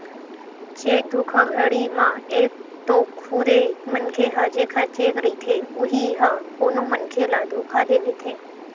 cheque धोखाघड़ी म एक तो खुदे मनखे ह जेखर चेक रहिथे उही ह कोनो मनखे ल धोखा दे देथे